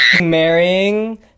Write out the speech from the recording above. Marrying